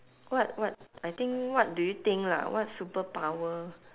what what I think what do you think lah what superpower